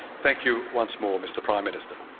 thank you once more mr prime minister.